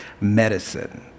medicine